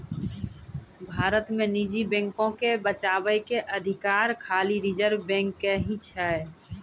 भारत मे निजी बैको के बचाबै के अधिकार खाली रिजर्व बैंक के ही छै